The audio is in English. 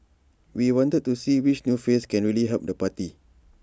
we wanted to see which new face can really help the party